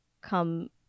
come